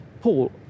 Paul